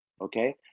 okay